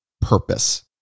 purpose